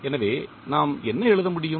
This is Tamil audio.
எனவே நாம் என்ன எழுத முடியும்